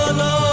no